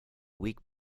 week